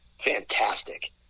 fantastic